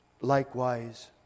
likewise